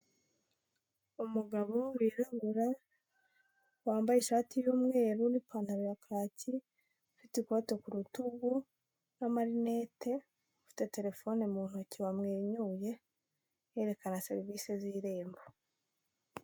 Umugabo wirabura, wambaye ishati y'umweru n'ipantaro ya kacyi, ufite ikote ku rutugu n'amarinete, ufite terefone mu ntoki, wamwenyuye yerekana serivise z'Irembo.